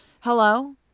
Hello